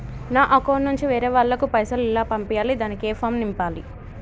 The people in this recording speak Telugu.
నా అకౌంట్ నుంచి వేరే వాళ్ళకు పైసలు ఎలా పంపియ్యాలి దానికి ఏ ఫామ్ నింపాలి?